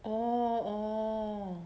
orh